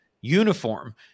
uniform